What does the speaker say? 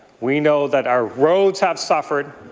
we know that our roads have suffered,